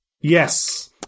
Yes